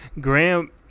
Graham